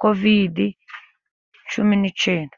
kovidi cumi n'icyenda.